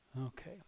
Okay